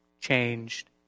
changed